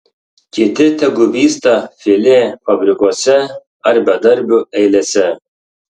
kiti tegu vysta filė fabrikuose ar bedarbių eilėse